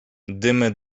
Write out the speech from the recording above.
dymy